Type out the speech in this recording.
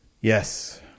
Yes